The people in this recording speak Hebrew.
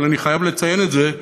אבל אני חייב לציין את זה,